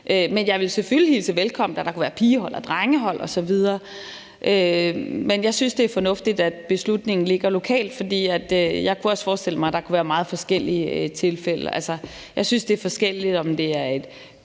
men jeg vil selvfølgelig hilse velkommen, at der kunne være pigehold og drengehold osv. Jeg synes, det er fornuftigt, at beslutningen ligger lokalt, for jeg kunne også forestille mig, at der kunne være meget forskellige tilfælde. Jeg synes, det er forskelligt, om det er et